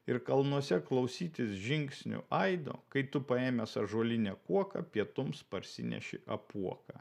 ir kalnuose klausytis žingsnių aido kai tu paėmęs ąžuolinę kuoką pietums parsineši apuoką